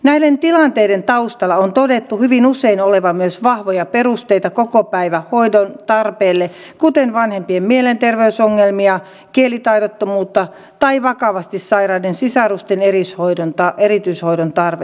näiden tilanteiden taustalla on todettu hyvin usein olevan myös vahvoja perusteita kokopäivähoidon tarpeelle kuten vanhempien mielenterveysongelmia kielitaidottomuutta tai vakavasti sairaiden sisarusten erityishoidon tarvetta